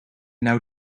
nou